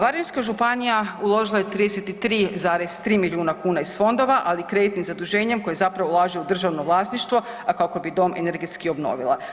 Varaždinska županija uložila je 33,3 milijuna kuna iz fondova ali kreditnim zaduženjem koji zapravo ulaže u državno vlasništvo, a kako bi dom energetski obnovila.